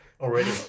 already